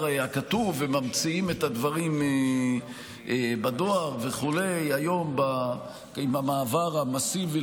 הכתוב וממציאים את הדברים בדואר וכו' היום עם המעבר המסיבי